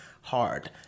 hard